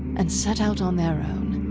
and set out on their own.